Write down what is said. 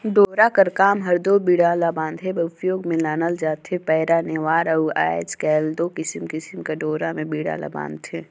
डोरा कर काम हर दो बीड़ा ला बांधे बर उपियोग मे लानल जाथे पैरा, नेवार अउ आएज काएल दो किसिम किसिम कर डोरा मे बीड़ा ल बांधथे